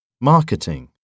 Marketing